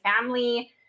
family